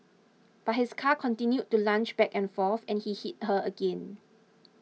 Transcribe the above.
but his car continued to lunge back and forth and he hit her again